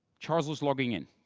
charles was logging in.